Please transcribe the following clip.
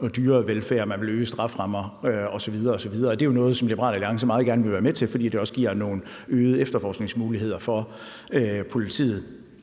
og dyrevelfærd. Man ville øge strafferammer osv. osv., og det er jo noget, som Liberal Alliance meget gerne vil være med til, fordi det også giver nogle øgede efterforskningsmuligheder for politiet.